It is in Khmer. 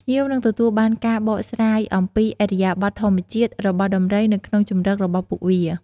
ភ្ញៀវនឹងទទួលបានការបកស្រាយអំពី ឥរិយាបថធម្មជាតិ របស់ដំរីនៅក្នុងជម្រករបស់ពួកវា។